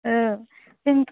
औ जों